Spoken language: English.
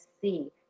see